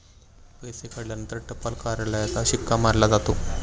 पैसे काढल्यावर टपाल कार्यालयाचा शिक्का मारला जातो